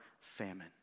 famine